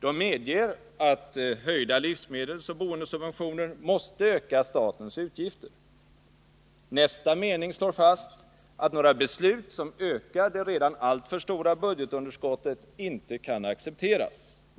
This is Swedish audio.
De medger att höjda livsmedelsoch boendesubventioner måste öka statens utgifter. Nästa mening slår fast, att några beslut som ökar det redan alltför stora budgetunderskottet inte kan accepteras.